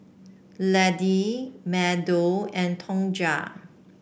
Laddie Meadow and Tonja